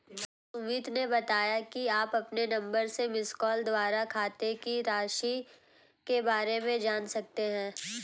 सुमित ने बताया कि आप अपने नंबर से मिसकॉल द्वारा खाते की राशि के बारे में जान सकते हैं